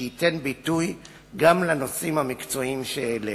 שייתן ביטוי גם לנושאים המקצועיים שהעלית.